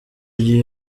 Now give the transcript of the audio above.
gihe